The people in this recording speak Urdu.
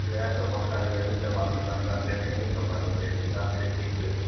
رعایت تو بہت ساری ہو جائیں گی جب آمنے سامنے آپ دیکھیں گے تو بات ہو جائے گی آپ پہلے چیز دیکھو